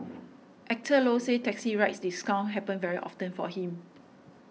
Actor Low says taxi ride discounts happen very often for him